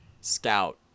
scout